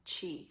Chi